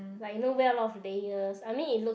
like you know wear a lot of layers I mean it looks